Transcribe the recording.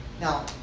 now